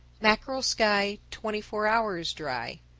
mackerel sky, twenty-four hours dry.